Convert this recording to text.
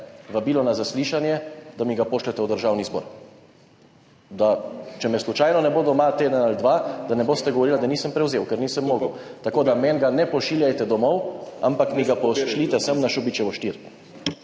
vabilo na zaslišanje, le-tega pošljete v Državni zbor. Če me slučajno ne bo doma teden ali dva, da ne boste govorili, da nisem prevzel. Ker nisem mogel. Tako da ga meni ne pošiljajte domov, ampak mi ga pošljite sem, na Šubičevo 4.